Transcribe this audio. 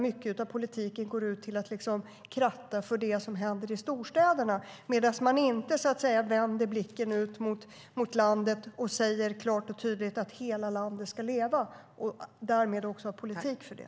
Mycket av politiken går ut på att kratta för det som händer i storstäderna, medan man inte vänder blicken ut mot landet och klart och tydligt säger att hela landet ska leva och därmed också har en politik för det.